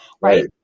right